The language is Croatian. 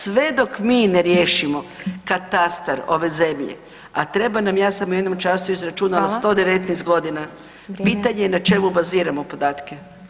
Sve dok mi ne riješimo katastar ove zemlje, a treba nam ja sam u jednom času izračunala 119 godina [[Upadica: Hvala, vrijeme.]] pitanje je na čemu baziramo podatke.